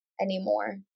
anymore